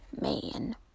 man